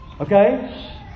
Okay